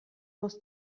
muss